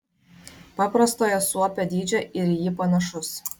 paprastojo suopio dydžio ir į jį panašus